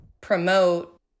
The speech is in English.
promote